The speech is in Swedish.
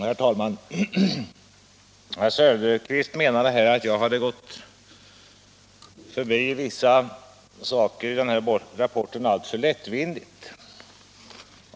Herr talman! Herr Söderqvist menade att jag hade gått förbi vissa saker i rapporten alltför lättvindigt.